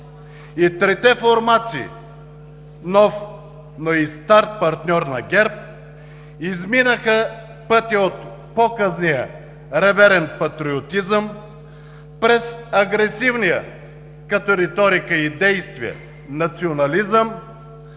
И трите формации – нов, но и стар партньор на ГЕРБ, изминаха пътя от показния реверен патриотизъм, през агресивния като риторика и действия национализъм,